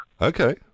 Okay